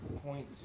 Point